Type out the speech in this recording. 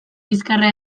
bizkarra